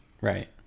Right